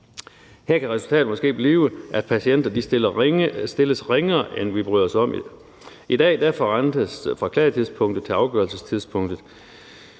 Her kan resultatet måske blive, at patienter stilles ringere, end vi bryder os om. I dag forrentes fra klagetidspunktet til afgørelsestidspunktet.